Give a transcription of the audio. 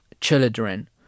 children